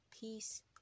Peace